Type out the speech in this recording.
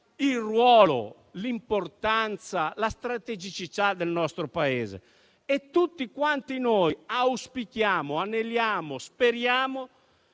il ruolo, l'importanza e la strategicità del nostro Paese. Tutti noi auspichiamo, aneliamo e speriamo